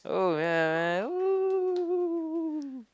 oh ya man !woo!